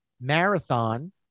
Marathon